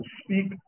speak